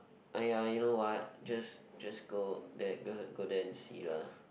!aiya! you know what just just go there just go there and see lah